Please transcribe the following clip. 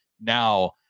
now